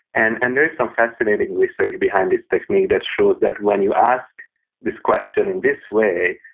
and and there is some fascinating research behind this technique that shows that when you ask this question in this way,